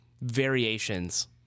variations